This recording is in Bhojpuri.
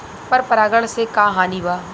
पर परागण से का हानि बा?